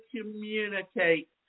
communicate